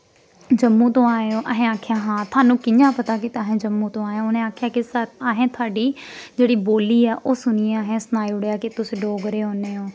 जम्मू तू आए ओ असें आखेआ हां थुआनू कि'यां पता कि अस जम्मू तों आए आं उ'नें आखेआ कि असें थुआड़ी जेह्ड़ी बोल्ली ऐ ओह् सुनियै असें सनाई ओड़ेआ कि तुस डोगरे होन्ने ओ